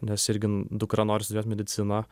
nes irgi dukra nori studijuot mediciną